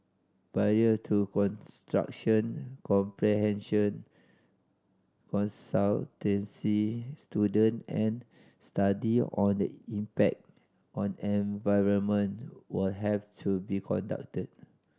prior to construction comprehension consultancy student and study on the impact on environment will have to be conducted